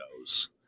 goes